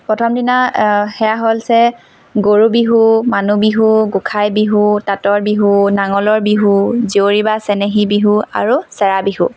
প্ৰথমদিনা সেয়া হৈছে গৰু বিহু মানুহ বিহু গোসাঁই বিহু তাঁতৰ বিহু নাঙলৰ বিহু জীয়ৰী বা চেনেহী বিহু আৰু চেৰা বিহু